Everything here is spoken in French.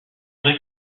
vrai